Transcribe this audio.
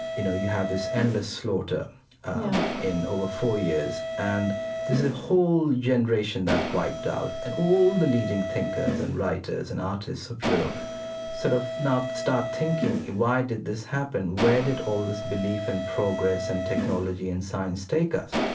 you know, you have this endless slaughter in over four years yeah and there's a whole generation that's wiped out. and all the leading thinkers and writers and artists of europe sort of now start thinking, why did this happen? where did all this belief and progress and technology and science take us?